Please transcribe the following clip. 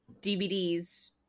DVDs